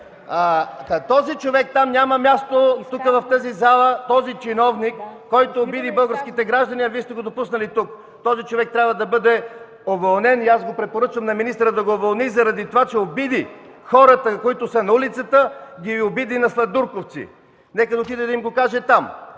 Този човек няма място в тази зала – този чиновник, който обиди българските граждани, а Вие сте го допуснали тук. Той трябва да бъде уволнен и препоръчвам на министъра да го уволни, заради това че обиди хората, които са на улицата, на „сладурковци”. Нека да отиде и да им го каже там.